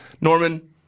Norman